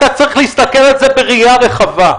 אתה צריך להסתכל על זה בראייה רחבה.